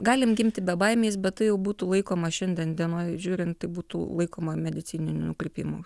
galim gimti bebaimiais bet tai jau būtų laikoma šiandien dienoj žiūrint tai būtų laikoma medicininiu nukrypimu